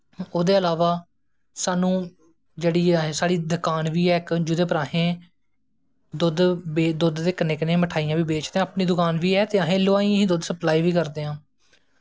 ओह्दे इलावा साह्नूं जेह्ड़ी ऐ साढ़ी दकान बी ऐ इक जेह्दे रपर असैं दुध्द दे कन्नैं कन्नैं मठेआईयां बी बेचदे आं अपनी दुकान बी ऐ ते अस हलवाईयें गी दुध्द सपलाई बी करदे आं